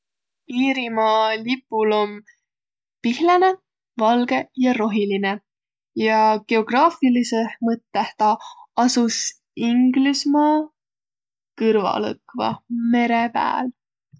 Iirimaa lipul om pihlõnõ, valgõ ja rohilinõ. Ja goegraafilidsõh mõttõh ta asus Inglüsmaa kõrval õkva, mere pääl.